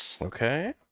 Okay